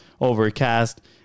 Overcast